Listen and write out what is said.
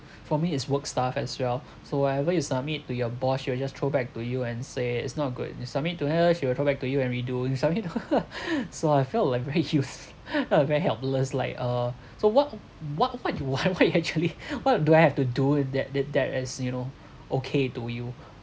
for me is work stuff as well so whatever you submit to your boss she will just throw back to you and say it's not good you submit to her she will throw back to you and redo you submit to her so I felt like very use~ ah like very helpless like uh so what what you want what you actually what do I have to do that that that as you know okay to you